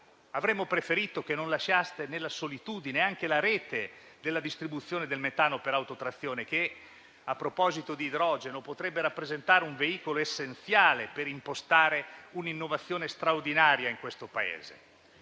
Avremmo preferito che non lasciaste nella solitudine anche la rete della distribuzione del metano per autotrazione, che a proposito di idrogeno potrebbe rappresentare un veicolo essenziale per impostare un'innovazione straordinaria in questo Paese.